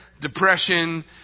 depression